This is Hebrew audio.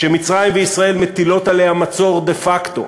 כשמצרים וישראל מטילות עליה מצור דה-פקטו,